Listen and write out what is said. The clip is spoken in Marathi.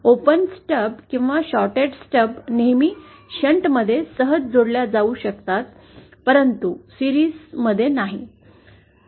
ओपन स्टब किंवा शॉर्ट्ड स्टब नेहमी शंट मध्ये सहज जोडल्या जाऊ शकतात परंतु मालिकेत नाही